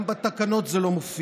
גם בתקנות זה לא מופיע.